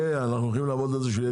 אנחנו הולכים לעבוד על זה שהוא יהיה